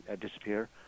disappear